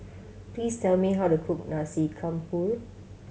please tell me how to cook Nasi Campur